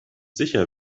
sicher